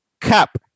Cap